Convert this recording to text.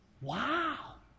Wow